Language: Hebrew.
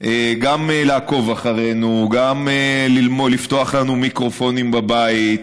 גם לעקוב אחרינו, גם לפתוח לנו מיקרופונים בבית,